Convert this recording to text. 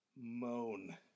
moan